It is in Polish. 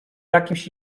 jakimś